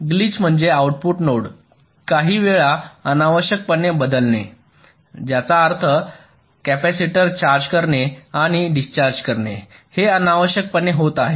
glitch म्हणजे output node काही वेळा अनावश्यकपणे बदलणे ज्याचा अर्थ कॅपेसिटर चार्ज करणे आणि डिस्चार्ज करणे हे अनावश्यकपणे होत आहे